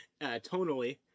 tonally